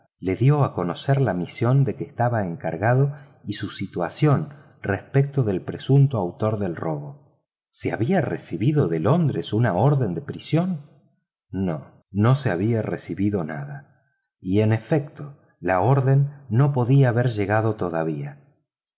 le dio a conocer la misión de que estaba encargado y su situación respecto del presunto autor del robo se había recibido de londres una orden de prisión no se había recibido nada y en efecto la orden no podía haber llegado todavía